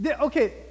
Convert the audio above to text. okay